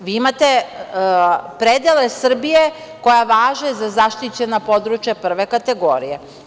Vi imate predele Srbije koji važe za zaštićena područja prve kategorije.